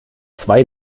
zwei